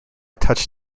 touch